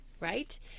right